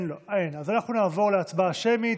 אז אנחנו נעבור להצבעה שמית.